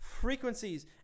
frequencies